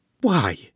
Why